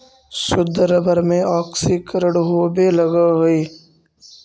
शुद्ध रबर में ऑक्सीकरण होवे लगऽ हई